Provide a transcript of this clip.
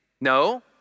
No